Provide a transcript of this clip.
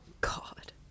God